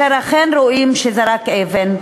אשר אכן רואים שזרק אבן,